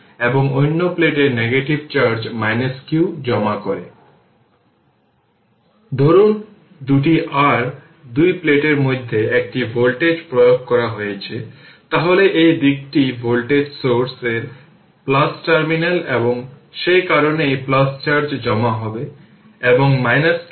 আপনি যদি চিহ্ন বা চিহ্নটি মিস করেন বা যদি কিছু ভুল হয়ে যায় তবে নুমেরিকাল ভ্যালু একই থাকতে পারে তবে চিহ্নটি সমস্যা তৈরি করবে